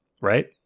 right